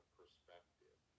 perspective